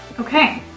okay.